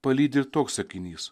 palydi ir toks sakinys